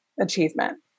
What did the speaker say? achievement